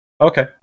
Okay